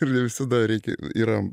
ir ne visada reikia yra